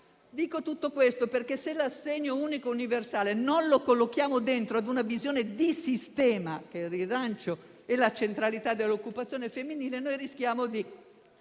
Dico tutto questo perché, se l'assegno unico universale non lo collochiamo all'interno di una visione di sistema, di rilancio della centralità dell'occupazione femminile, rischiamo di